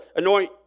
anoint